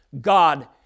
God